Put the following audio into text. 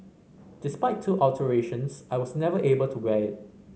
despite two alterations I was never able to wear it